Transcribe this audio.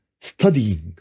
studying